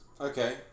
Okay